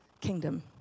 kingdom